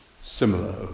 similar